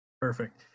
Perfect